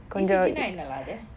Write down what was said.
E_C_G என்ன:enna lah அது:athu